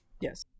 Yes